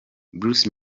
bruce